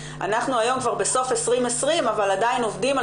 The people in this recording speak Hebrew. אנחנו היום כבר בסוף 2020 אבל עדיין עובדים על